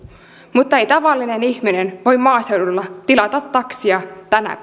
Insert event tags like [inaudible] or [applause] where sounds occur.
mutta ei tavallinen ihminen voi maaseudulla tilata taksia tänä [unintelligible]